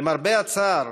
למרבה הצער,